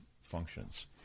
functions